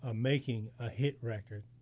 um making a hit record